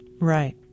Right